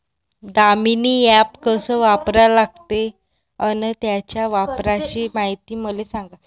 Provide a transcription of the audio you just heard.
Damini app कस वापरा लागते? अन त्याच्या वापराची मायती मले सांगा